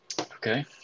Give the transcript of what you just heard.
Okay